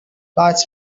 lights